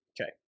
Okay